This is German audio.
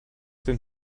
den